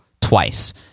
twice